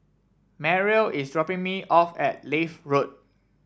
Mariel is dropping me off at Leith Road